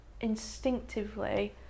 instinctively